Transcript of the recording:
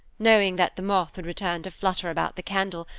knowing that the moth would return to flutter about the candle,